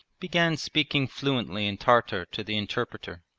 began speaking fluently in tartar to the interpreter.